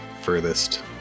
furthest